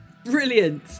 brilliant